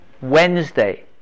Wednesday